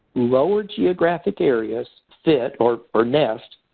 lower geographic areas fit, or or nest,